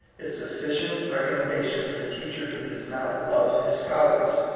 is sufficient recom mendation for the teacher who does not love his scholars.